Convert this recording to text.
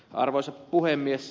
arvoisa puhemies